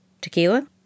Tequila